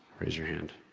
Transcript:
raise your hand.